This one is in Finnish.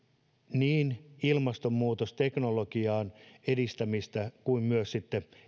niin ilmastonmuutosteknologian edistämistä kuin myös sitten